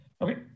okay